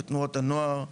בתנועות הנוער,